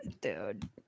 Dude